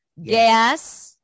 Yes